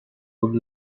good